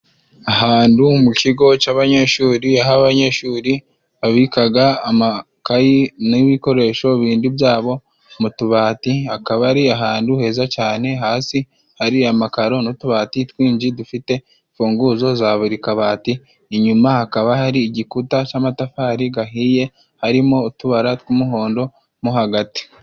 Ahantu mu kigo cy'abanyeshuri aho abanyeshuri babikaga amakayi n'ibikoresho bindi byabo, mu tubati akaba ari ahantu heza cyane hasi hari amakaro n'utubati twinshi dufite imfunguzo za buri kabati, inyuma hakaba hari igikuta cy'amatafari gahiye harimo utubara tw'umuhondo mo hagati.